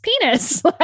penis